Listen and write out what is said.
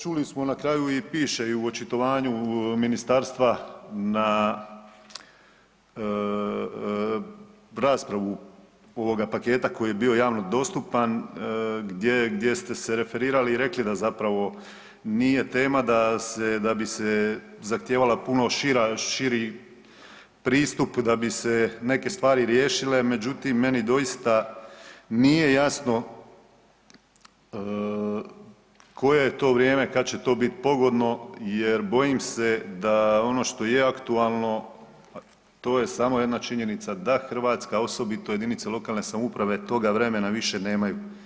Čuli smo na kraju i piše i u očitovanju ministarstva na raspravu ovoga paketa koji je javno dostupan gdje ste se referirali i rekli da nije tema da bi se zahtijevala puno širi pristup da bi se neke stvari riješile, međutim meni doista nije jasno koje je to vrijeme kada će to biti pogodno jer bojim se da ono što je aktualno to je samo jedna činjenica da Hrvatska osobito jedinice lokalne samouprave toga vremena više nemaju.